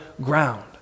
ground